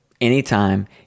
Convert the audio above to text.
anytime